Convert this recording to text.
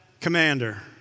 commander